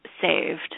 saved